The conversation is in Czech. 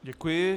Děkuji.